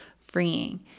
freeing